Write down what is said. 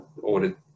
ordered